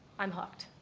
i'm hooked.